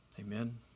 Amen